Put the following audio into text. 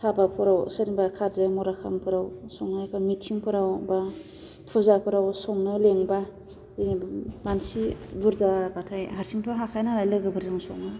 हाबाफोराव सोरनिबा कारजो मरा खामफोराव संनायफोर मिथिंफोराव बा फुजाफोराव संनो लिंबा जेनेबा मानसि बुरजाबाथाय हारसिंथ' हाखाया नालाय लोगोफोरजों सङो